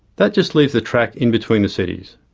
that just leaves the track in between the cities.